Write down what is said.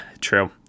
true